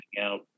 out